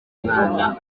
umwana